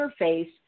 interface